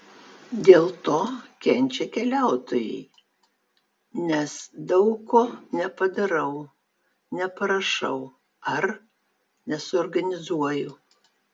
dėl to kenčia keliautojai nes daug ko nepadarau neparašau ar nesuorganizuoju